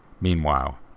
Meanwhile